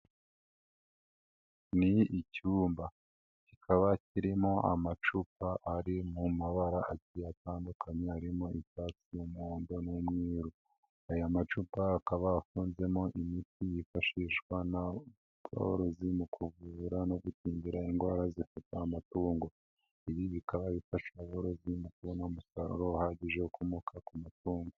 Ni icyumba kikaba kirimo amacupa ari mu mabara atandukanye harimo icyatsi n'umuhondo n'umweru. Aya macupa akaba afunzemo imiti yifashishwa n'ubworozi mu kuvura no guhindura indwara zifite amatungo. Ibi bikaba bifasha umworozi mu kubona umusaruro uhagije ukomoka ku matungo.